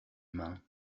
mains